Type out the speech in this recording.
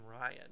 Ryan